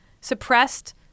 suppressed